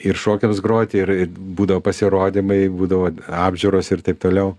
ir šokiams groti ir būdavo pasirodymai būdavo apžiūros ir taip toliau